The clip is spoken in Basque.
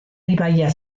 ibaia